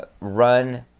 run